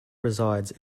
resides